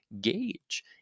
gauge